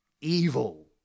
evil